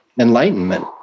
enlightenment